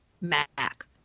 Mac